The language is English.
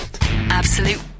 Absolute